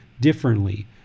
differently